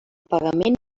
pagament